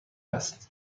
است